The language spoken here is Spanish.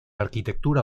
arquitectura